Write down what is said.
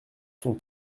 sont